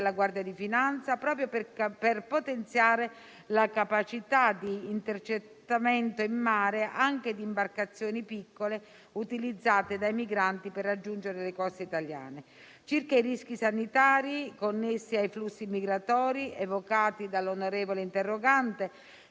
della Guardia di finanza, proprio per potenziare la capacità di intercettamento in mare anche di imbarcazioni piccole utilizzate dai migranti per raggiungere le coste italiane. Circa i rischi sanitari connessi ai flussi migratori evocati dall'onorevole interrogante,